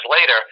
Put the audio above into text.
later